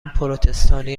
پروتستانی